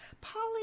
Polly